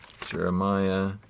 Jeremiah